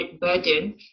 burden